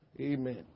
Amen